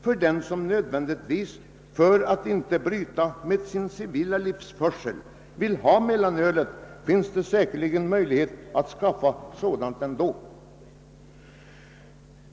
För den som i detta avseende inte vill lägga om sin civila livsföring finns det säkerligen ändå möjligheter att skaffa mellanöl.